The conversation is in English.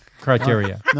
Criteria